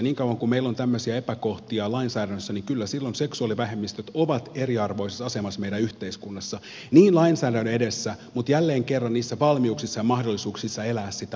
niin kauan kuin meillä on tämmöisiä epäkohtia lainsäädännössä niin kyllä silloin seksuaalivähemmistöt ovat eriarvoisessa asemassa meidän yhteiskunnassamme niin lainsäädännön edessä kuin jälleen kerran valmiuksissa ja mahdollisuuksissa elää sitä omaa elämää